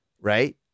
right